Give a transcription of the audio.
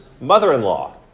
mother-in-law